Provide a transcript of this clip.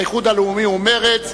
האיחוד הלאומי ומרצ.